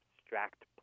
abstract